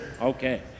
Okay